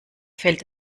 fällt